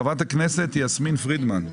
חברת הכנסת יסמין פרידמן.